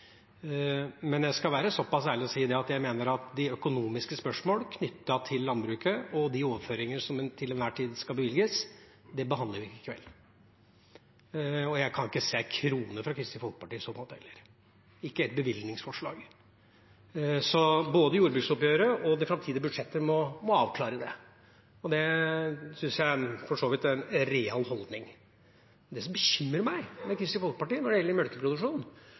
Men jeg skal være så pass ærlig og si at jeg mener at de økonomiske spørsmålene knyttet til landbruket og de overføringene som til enhver tid skal bevilges, behandler vi ikke i kveld. Jeg kan ikke se en krone fra Kristelig Folkeparti til dette heller, ikke ett bevilgningsforslag. Så både jordbruksoppgjøret og de framtidige budsjettene må avklare det. Det syns jeg for så vidt er en real holdning. Det som bekymrer meg med Kristelig Folkeparti når det gjelder